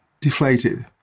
deflated